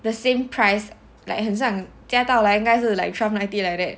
the same price like 很像加到来应该是 like twelve ninety like that